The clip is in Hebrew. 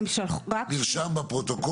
אין בעיה, נרשם בפרוטוקול.